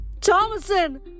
Thomason